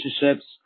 relationships